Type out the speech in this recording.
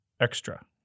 extra